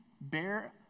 bear